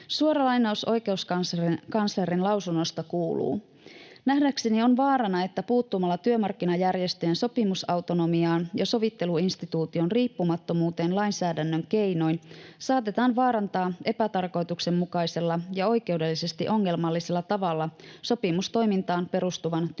Suora lainaus oikeuskanslerin lausunnosta kuuluu: ”Nähdäkseni on vaarana, että puuttumalla työmarkkinajärjestöjen sopimusautonomiaan ja sovitteluinstituution riippumattomuuteen lainsäädännön keinoin saatetaan vaarantaa epätarkoituksenmukaisella ja oikeudellisesti ongelmallisella tavalla sopimustoimintaan perustuvan